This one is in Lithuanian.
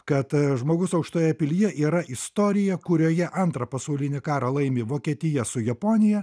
kad žmogus aukštoje pilyje yra istorija kurioje antrą pasaulinį karą laimi vokietija su japonija